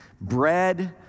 Bread